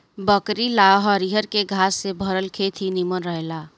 बकरी ला हरियरके घास से भरल खेत ही निमन रहेला